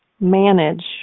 manage